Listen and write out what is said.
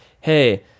hey